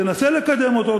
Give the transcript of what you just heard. תנסה לקדם אותו,